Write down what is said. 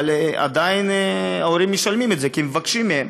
אבל עדיין ההורים משלמים את זה כי מבקשים מהם.